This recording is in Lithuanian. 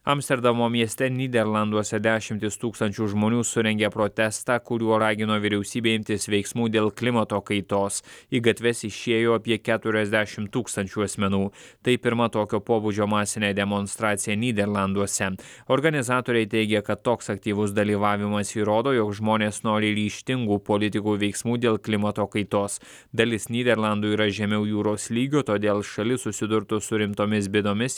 amsterdamo mieste nyderlanduose dešimtys tūkstančių žmonių surengė protestą kuriuo ragino vyriausybę imtis veiksmų dėl klimato kaitos į gatves išėjo apie keturiasdešim tūkstančių asmenų tai pirma tokio pobūdžio masinė demonstracija nyderlanduose organizatoriai teigia kad toks aktyvus dalyvavimas įrodo jog žmonės nori ryžtingų politikų veiksmų dėl klimato kaitos dalis nyderlandų yra žemiau jūros lygio todėl šalis susidurtų su rimtomis bėdomis